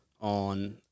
on